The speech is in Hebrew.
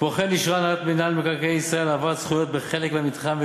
כמו כן אישרה הנהלת מינהל מקרקעי ישראל העברת זכויות בחלק מהמתחם,